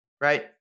Right